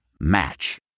Match